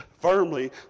firmly